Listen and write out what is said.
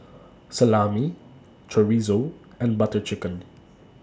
Salami Chorizo and Butter Chicken